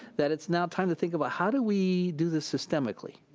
that it's now time to think about, how do we do this systemically?